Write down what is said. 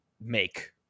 make